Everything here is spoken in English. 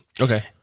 Okay